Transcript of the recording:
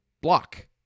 block